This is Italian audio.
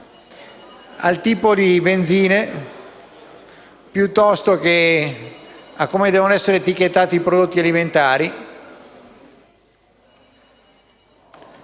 al tipo di benzine, piuttosto che a come devono essere etichettati i prodotti alimentari